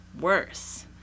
worse